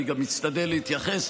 אני גם משתדל להתייחס.